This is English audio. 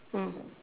mm